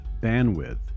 bandwidth